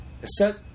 set